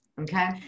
Okay